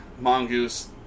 Mongoose